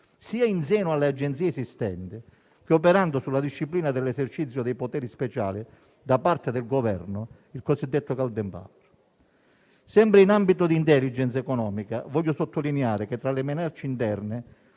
sia in seno alle Agenzie esistenti sia operando sulla disciplina dell'esercizio dei poteri speciali da parte del Governo (il cosiddetto *golden power).* Sempre in ambito di *intelligence* economica, voglio sottolineare che tra le emergenze interne